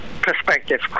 perspective